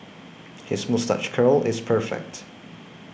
his moustache curl is perfect